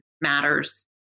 matters